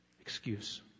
excuse